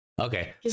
Okay